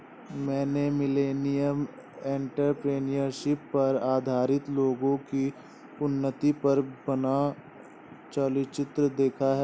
मैंने millennial entrepreneurship पर आधारित लोगो की उन्नति पर बना चलचित्र देखा